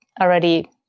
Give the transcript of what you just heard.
already